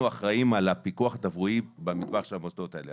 אחראים על הפיקוח התברואתי במטבח של המוסדות האלה.